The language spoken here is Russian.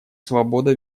свобода